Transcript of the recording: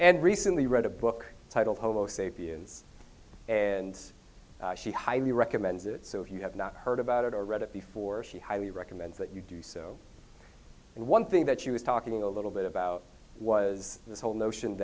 and recently wrote a book titled homo sapiens and she highly recommends it so if you have not heard about it or read it before she highly recommends that you do so and one thing that she was talking a little bit about was this whole notion